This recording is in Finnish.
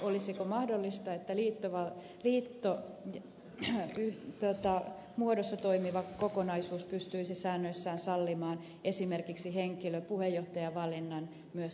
olisiko mahdollista että liitto vaan liitto lähestyy teltta liittomuodossa toimiva kokonaisuus pystyisi säännöissään sallimaan esimerkiksi henkilöpuheenjohtajavalinnan myös etäosallistumisena